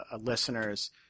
listeners